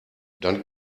dann